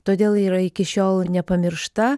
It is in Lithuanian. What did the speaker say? todėl yra iki šiol nepamiršta